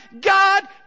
God